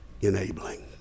enabling